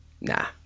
Nah